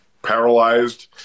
Paralyzed